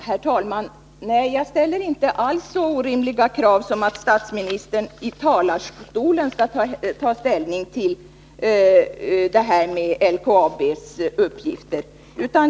Herr talman! Nej, jag ställer inte alls så orimliga krav, att jag begär av statsministern att han i talarstolen skall ta ställning till det här med LKAB:s uppgifter.